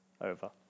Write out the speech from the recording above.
over